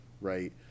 right